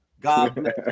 God